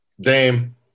Dame